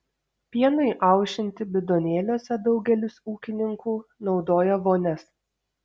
pienui aušinti bidonėliuose daugelis ūkininkų naudoja vonias